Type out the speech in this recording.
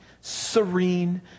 serene